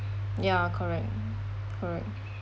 ya correct correct